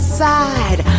side